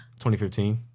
2015